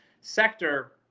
sector